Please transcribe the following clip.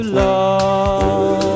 love